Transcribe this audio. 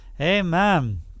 Amen